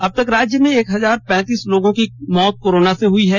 अब तक राज्य में एक हजार पैंतीस लोगों की मौत कोरोना से हुई है